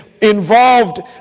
involved